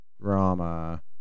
drama